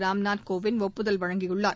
ராம்நாத் கோவிந்த் ஒப்புதல் அளித்துள்ளார்